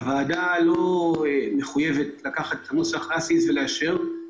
הוועדה לא מחויבת לקחת את הנוסח כמו שהוא וכך לאשר אותו,